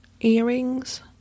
Earrings